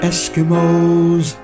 Eskimos